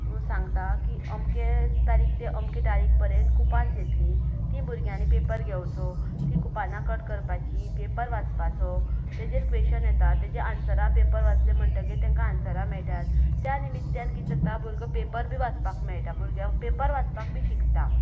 सांगता की अमके तारीक ते अमके तारीक पर्यंत कुपान्स येतलीं तीं भुरग्यांनी पेपर घेवचो तीं कुपानां कट करपाचीं पेपर वाचपाचो तेजेर क्वेशन येता तेजीं आन्सरां पेपर वाचले म्हणटगीर तेंका आन्सरां मेळटात त्या निमित्यान कितें जाता भुरगो पेपर बी वाचपाक मेळटा भुरगो पेपर वाचपाक बी शिकतात